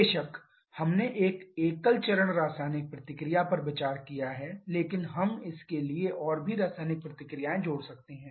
बेशक हमने एक एकल चरण रासायनिक प्रतिक्रिया पर विचार किया है लेकिन हम इसके लिए और भी रासायनिक प्रतिक्रियाएं जोड़ सकते हैं